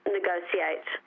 negotiate